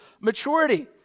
maturity